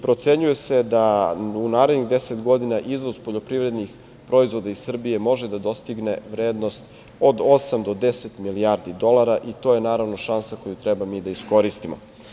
Procenjuje se da u narednih deset godina izvoz poljoprivrednih proizvoda iz Srbije može da dostigne vrednost od osam do deset milijardi dolara i to je, naravno, šansa koju treba mi da iskoristimo.